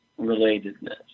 relatedness